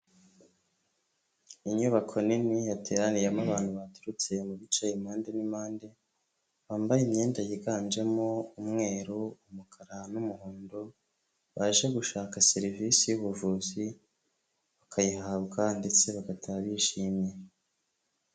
Inyubako nini yateraniyemo abantu baturutse mu bica impande n'impande, bambaye imyenda yiganjemo umweru, umukara n'umuhondo, baje gushaka serivisi y'ubuvuzi bakayihabwa ndetse bagataha bishimye.